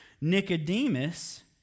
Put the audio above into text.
Nicodemus